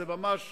זה ממש